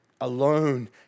Alone